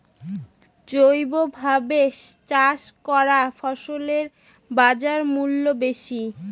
জৈবভাবে চাষ করা ফসলের বাজারমূল্য বেশি